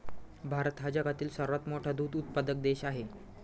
भारत हा जगातील सर्वात मोठा दूध उत्पादक देश आहे